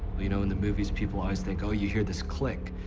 you know, in the movies people always think, oh you hear this click,